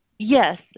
Yes